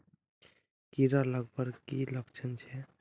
कीड़ा लगवार की की लक्षण छे?